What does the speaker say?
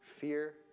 Fear